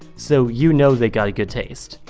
so you know they've got good taste!